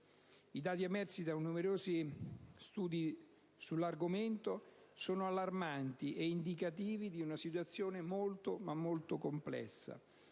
I dati emersi dai numerosi studi sull'argomento sono allarmanti e indicativi di una situazione davvero molto complessa.